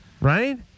right